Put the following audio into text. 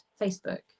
Facebook